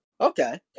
Okay